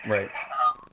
Right